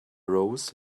rose